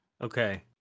Okay